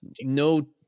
no